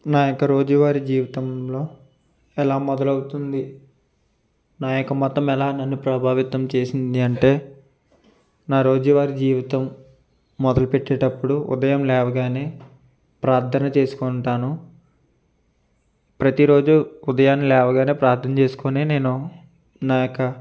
నా యొక్క రోజువారీ జీవితంలో ఎలా మొదలవుతుంది నా యొక్క మొత్తం ఎలా నన్ను ప్రభావితం చేసింది అంటే నా రోజువారీ జీవితం మొదలుపెట్టేటప్పుడు ఉదయం లేవగానే ప్రార్థన చేసుకుంటాను ప్రతిరోజు ఉదయం లేవగానే ప్రార్థన చేసుకొని నేను నా యొక్క